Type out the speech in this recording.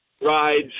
rides